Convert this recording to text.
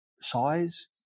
size